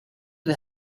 the